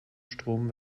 strom